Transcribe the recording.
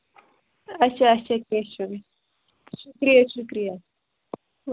اَچھا اَچھا کیٚنٛہہ چھُنہٕ شُکریہ شُکریہ